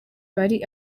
bari